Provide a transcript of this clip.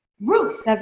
Ruth